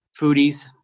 foodies